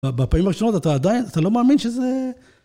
בפעמים ראשונות אתה עדיין, אתה לא מאמין שזה...